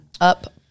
up